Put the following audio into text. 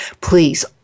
Please